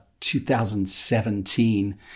2017